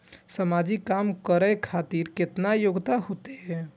समाजिक काम करें खातिर केतना योग्यता होते?